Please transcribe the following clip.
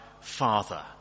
Father